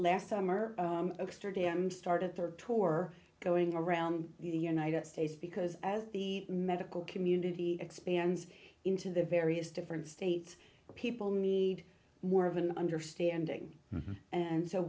last summer exter d m started their tour going around the united states because as the medical community expands into the various different states people need more of an understanding and so